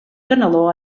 caneló